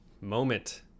moment